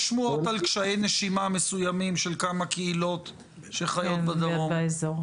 יש שמועות על קשיי נשימה מסוימים של כמה קהילות שחיות בדרום.